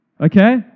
Okay